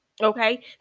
Okay